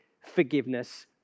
forgiveness